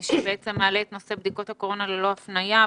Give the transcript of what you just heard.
שמעלה את נושא בדיקות הקורונה ללא הפנייה,